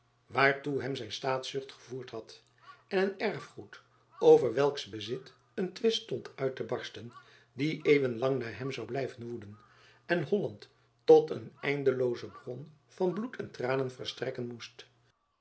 waartoe hem zijn staatzucht vervoerd had en een erfgoed over welks bezit een twist stond uit te barsten die eeuwen lang na hem zou blijven woeden en holland tot een eindelooze bron van bloed en tranen verstrekken moest